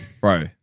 Bro